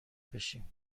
بشیم